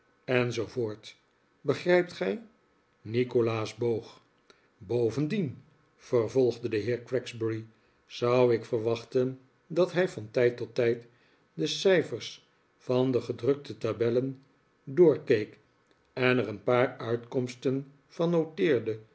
begrijpt gij nikolaas boog bovendien vervolgde de heer gregsbury zou ik verwachten dat hij van tijd tot tijd de cijfers van de gedrukte tabellen doorkeek en er een paar uitkomsten van noteerde